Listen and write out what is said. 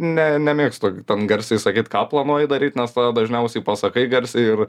ne nemėgstu ten garsiai sakyti ką planuoji daryt nes tada dažniausiai pasakai garsiai ir